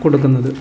കൊടുക്കുന്നത്